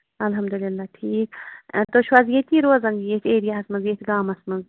الحمدللہ ٹھیٖک تُہۍ چھِوا حظ ییٚتی روزان ییتھۍ ایریاہَس منٛز ییٚتھۍ گامَس منٛز